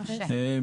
בבקשה.